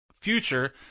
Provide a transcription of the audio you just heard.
future